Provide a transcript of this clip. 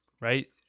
right